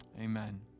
Amen